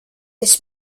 this